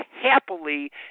happily